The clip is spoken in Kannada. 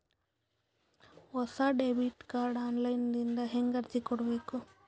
ಹೊಸ ಡೆಬಿಟ ಕಾರ್ಡ್ ಆನ್ ಲೈನ್ ದಿಂದ ಹೇಂಗ ಅರ್ಜಿ ಕೊಡಬೇಕು?